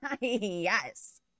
Yes